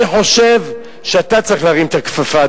אני חושב שאתה צריך להרים את הכפפה,